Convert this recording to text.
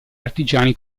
artigiani